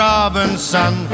Robinson